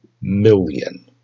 million